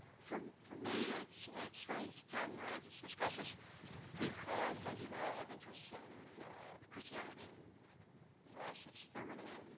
for for me, it's strange john and i just discussed this because, as you know, i have interest in christianity and fascist germany,